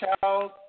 child